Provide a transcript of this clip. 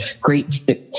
great